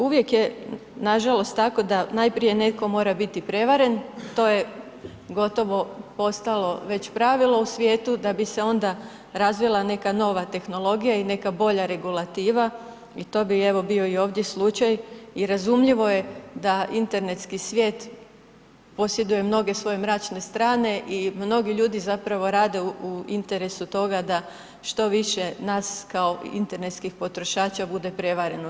Uvijek je nažalost tako da najprije netko mora biti prevaren, to je gotovo postalo već pravilo u svijetu, da bi se onda razvila neka nova tehnologija i neka bolja regulativa i to bi evo bio i ovdje slučaj i razumljivo je da internetski svijet posjeduje mnoge svoje mračne strane i mnogi ljudi zapravo rade u interesu toga da što više nas kao internetskih potrošača bude prevareno.